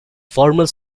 former